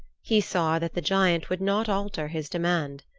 he saw that the giant would not alter his demand.